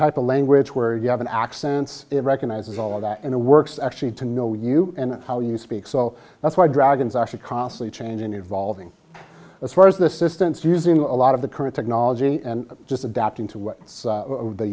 type a language where you have an x sense it recognizes all of that in the works actually to know you and how you speak so that's why dragons actually costly change in evolving as far as this distance using a lot of the current technology and just adapting to